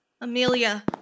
Amelia